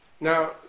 Now